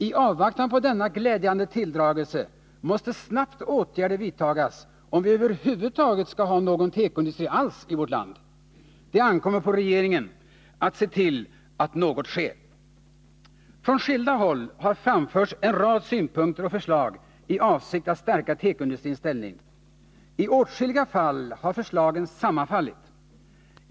I avvaktan på denna glädjande tilldragelse måste snabbt åtgärder vidtagas om vi över huvud taget skall ha någon tekoindustri alls i vårt land. Det ankommer på regeringen att se till att något sker. Från skilda håll har det framförts en rad synpunkter och förslag i avsikt att stärka tekoindustrins ställning. I åtskilliga fall har förslagen sammanfallit.